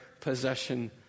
possession